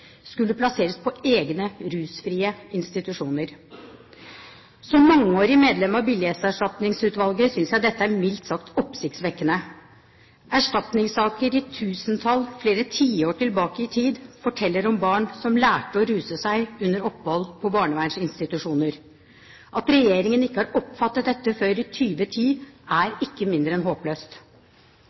skulle plasseres på egne rusfrie institusjoner. Som mangeårig medlem av Billighetserstatningsutvalget, synes jeg dette er mildt sagt oppsiktsvekkende. Erstatningssaker i tusentall flere tiår tilbake i tid forteller om barn som lærte å ruse seg under opphold på barnevernsinstitusjoner. At regjeringen ikke har oppfattet dette før i 2010, er ikke mindre enn håpløst.